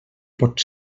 pot